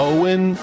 Owen